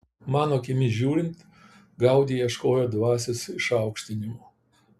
mano akimis žiūrint gaudi ieškojo dvasios išaukštinimo